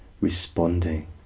responding